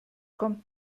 kommt